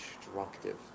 destructive